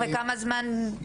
כמה זמן זה אמור לקחת?